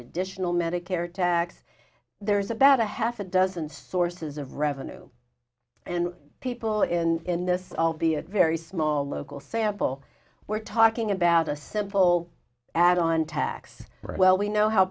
additional medicare tax there's about a half a dozen sources of revenue and people in this albeit very small local sample we're talking about a simple add on tax well we know how